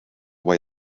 way